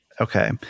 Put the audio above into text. Okay